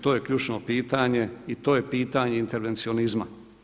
To je ključno pitanje i to je pitanje intervencionizma.